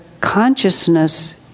consciousness